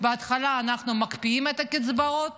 אז בהתחלה אנחנו מקפיאים את הקצבאות